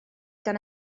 gan